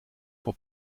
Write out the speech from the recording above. vor